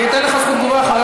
אני אתן לך זכות תגובה.